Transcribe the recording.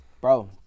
bro